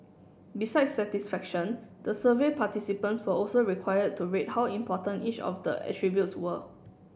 besides satisfaction the survey participants were also required to rate how important each of the attributes were